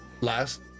last